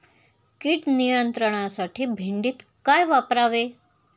कीड नियंत्रणासाठी भेंडीत काय वापरावे?